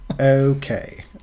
Okay